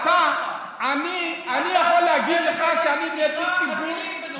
אתה --- מקבל תמיכה --- בנושא הקורונה.